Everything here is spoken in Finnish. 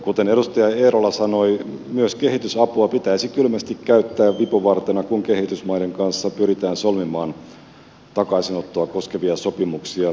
kuten edustaja eerola sanoi myös kehitysapua pitäisi kylmästi käyttää vipuvartena kun kehitysmaiden kanssa pyritään solmimaan takaisinottoa koskevia sopimuksia